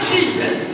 Jesus